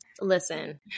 Listen